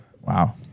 Wow